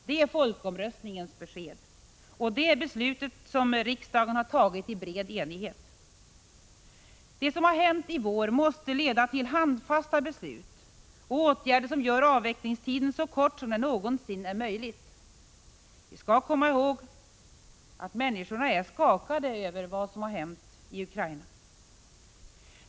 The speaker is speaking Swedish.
Det är folkomröstningens besked och det har riksdagen under bred enighet beslutat. Det som har hänt i vår måste leda till handfasta beslut och åtgärder som gör avvecklingstiden så kort som det någonsin är möjligt. Vi skall komma ihåg att människorna är skakade över vad som har hänt i Ukraina.